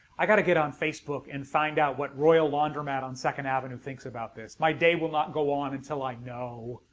i gotta get on facebook and find out what royal laundromat on second avenue thinks about this! my day will not go on until i know!